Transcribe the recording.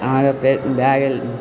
अहाँकऽ फेर भए गेल